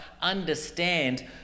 understand